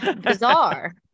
Bizarre